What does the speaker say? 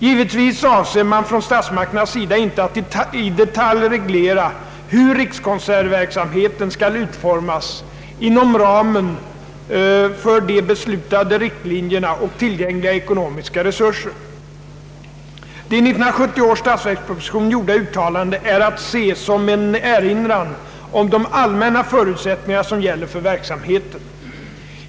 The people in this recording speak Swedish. Givetvis avser man från statsmakternas sida inte att i detalj reglera hur rikskonsertverksamheten skall utformas inom ramen för de beslutade riktlinjerna och tillgängliga ekonomiska resurser. De i 1970 års statsverksproposition gjorda uttalandena är att se som en erinran om de allmänna förutsättningar som gäller för verksamheten.